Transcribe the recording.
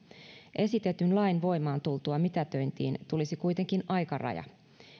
esitetyn lain voimaan tultua mitätöintiin tulisi kuitenkin aikaraja